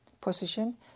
position